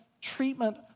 treatment